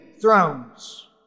thrones